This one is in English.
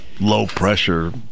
low-pressure